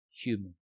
human